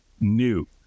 new